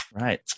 Right